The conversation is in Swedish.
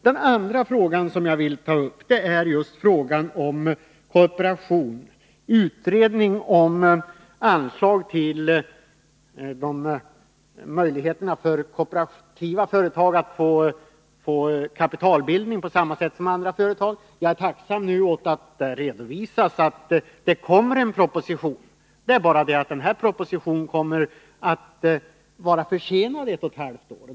Den andra frågan som jag vill ta upp gäller kooperation och en utredning om möjligheterna för kooperativa företag att ordna sin kapitalbildning på samma sätt som andra företag. Jag är tacksam för att det nu redovisas att det kommer en proposition. Det är bara det att denna proposition kommer att vara försenad ett och ett halvt år.